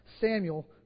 Samuel